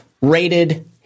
rated